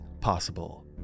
possible